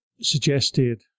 suggested